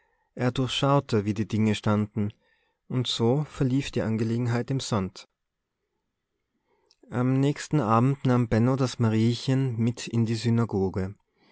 er durchschaute wie die dinge standen und so verlief die angelegenheit im sand am nächsten abend nahm benno das mariechen mit in die